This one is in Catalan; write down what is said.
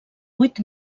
vuit